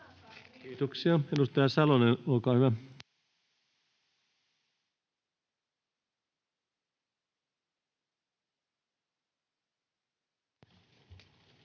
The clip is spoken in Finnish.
Kiitoksia. — Edustaja Salonen, olkaa hyvä.